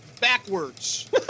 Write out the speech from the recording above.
backwards